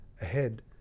ahead